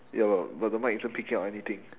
ya but but the mic isn't picking up anything